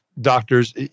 doctors